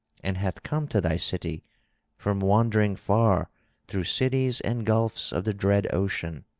and hath come to thy city from wandering far through cities and gulfs of the dread ocean,